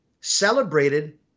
celebrated